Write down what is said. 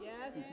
Yes